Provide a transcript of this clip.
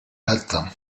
atteint